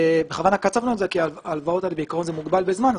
כי ההלוואות האלה בעיקרון מוגבלות בזמן.